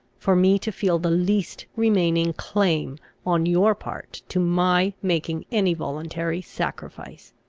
for me to feel the least remaining claim on your part to my making any voluntary sacrifice.